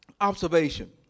observation